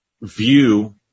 view